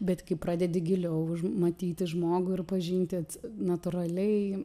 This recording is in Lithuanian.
bet kai pradedi giliau matyti žmogų ir pažinti natūraliai